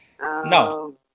No